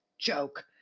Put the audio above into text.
joke